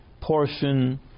portion